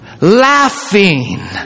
Laughing